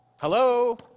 hello